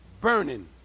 burning